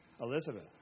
Elizabeth